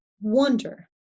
wonder